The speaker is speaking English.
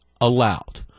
allowed